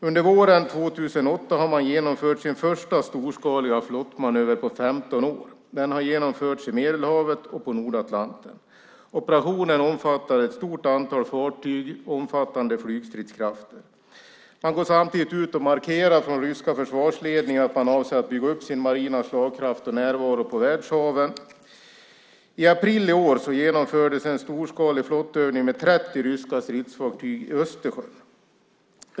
Under våren 2008 har man genomfört sin första storskaliga flottmanöver på 15 år. Den har genomförts i Medelhavet och på Nordatlanten. Operationen omfattar ett stort antal fartyg och omfattande flygstridskrafter. Man går samtidigt ut och markerar från den ryska försvarsledningen att man avser att bygga upp sin marina slagkraft och närvaro på världshaven. I april i år genomfördes en storskalig flottövning med 30 ryska stridsfartyg i Östersjön.